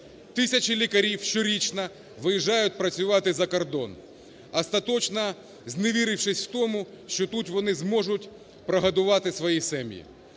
Тисячі лікарів щорічно виїжджають працювати за кордон, остаточно зневірившись в тому, що тут вони зможуть прогодувати свої сім'ї.